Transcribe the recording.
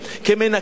כמנקים,